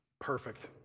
perfect